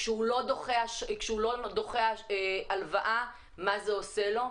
כשהוא לא דוחה הלוואה, מה זה עושה לו.